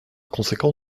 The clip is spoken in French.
conséquent